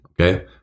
Okay